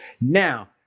now